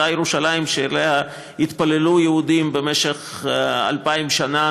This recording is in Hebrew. אותה ירושלים שאליה התפללו יהודים במשך אלפיים שנה,